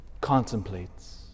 contemplates